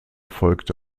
folgte